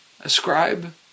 ascribe